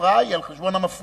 ההפרעה היא על חשבון המפריע.